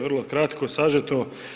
Vrlo kratko, sažeto.